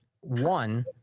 One